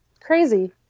Crazy